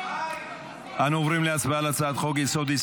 אנו עוברים להצבעה על הצעת חוק-יסוד: